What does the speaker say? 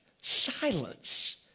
silence